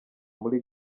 muri